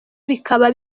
bikaba